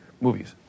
movies